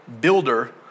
builder